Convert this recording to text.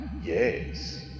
yes